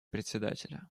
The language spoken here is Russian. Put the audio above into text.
председателя